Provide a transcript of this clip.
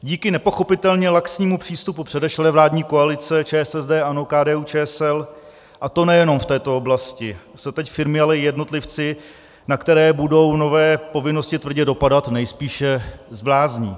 Díky nepochopitelně laxnímu přístupu předešlé vládní koalice ČSSD, ANO, KDUČSL, a to nejenom v této oblasti, se teď firmy, ale i jednotlivci, na které budou nové povinnosti tvrdě dopadat, nejspíše zblázní.